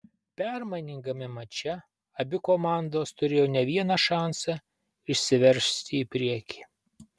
permainingame mače abi komandos turėjo ne vieną šansą išsiveržti į priekį